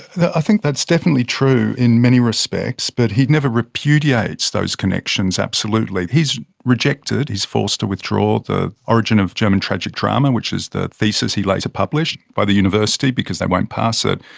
i think that's definitely true in many respects. but he never repudiates those connections absolutely. he's rejected, he's forced to withdraw the origin of german tragic drama, which is the thesis he later published, by the university, because they won't pass it.